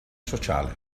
sociale